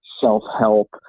self-help